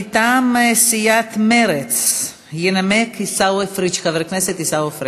מטעם סיעת מרצ ינמק חבר הכנסת עיסאווי